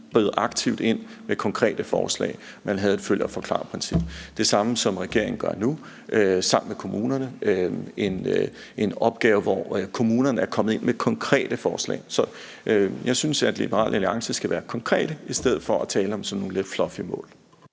bød aktivt ind med konkrete forslag. Man havde et følg eller forklar-princip. Det er det samme, som regeringen gør nu sammen med kommunerne; det er en opgave, hvor kommunerne er kommet ind med konkrete forslag. Så jeg synes, at Liberal Alliance skal være konkrete i stedet for at tale om sådan nogle lidt fluffy mål.